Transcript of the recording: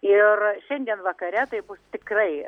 ir šiandien vakare taip tikrai